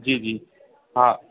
जी जी हा